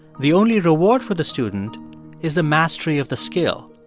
the only reward for the student is the mastery of the skill,